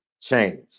change